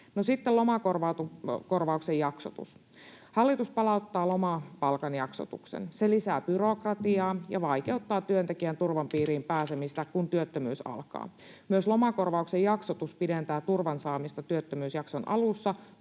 sitten lomakorvauksen jaksotus: Hallitus palauttaa lomapalkan jaksotuksen. Se lisää byrokratiaa ja vaikeuttaa työntekijän turvan piiriin pääsemistä, kun työttömyys alkaa. Myös lomakorvauksen jaksotus pidentää turvan saamista työttömyysjakson alussa,